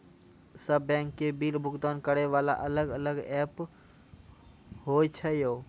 सब बैंक के बिल भुगतान करे वाला अलग अलग ऐप्स होय छै यो?